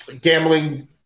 gambling